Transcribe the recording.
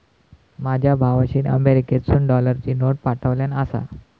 माझ्या भावाशीन अमेरिकेतसून डॉलरची नोट पाठवल्यान आसा